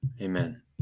Amen